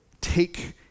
take